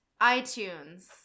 iTunes